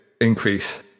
increase